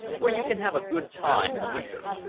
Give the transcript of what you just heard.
where you can have a good time in winter.